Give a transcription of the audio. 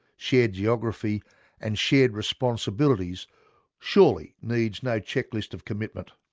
shared geography and shared responsibilities surely needs no checklist of commitment.